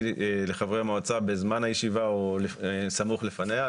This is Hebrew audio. לחברי המועצה בזמן הישיבה או סמוך לפני הישיבה.